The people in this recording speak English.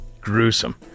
gruesome